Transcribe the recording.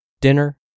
Dinner